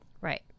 Right